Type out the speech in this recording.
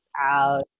out